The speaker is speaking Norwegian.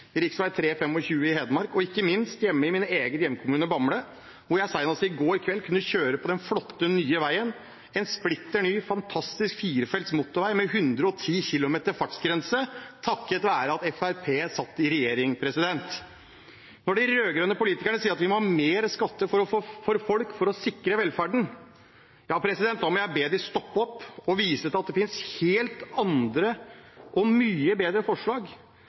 i Hedmark og ikke minst i min egen hjemkommune, Bamble, hvor jeg senest i går kveld kunne kjøre på den flotte, nye veien, en splitter ny, fantastisk firefelts motorvei, med 110 km fartsgrense – takket være at Fremskrittspartiet satt i regjering. Når de rød-grønne politikerne sier at vi må ha mer skatt for folk for å sikre velferden, må jeg be dem stoppe opp, og jeg vil vise til at det finnes helt andre og mye bedre forslag,